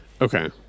Okay